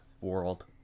world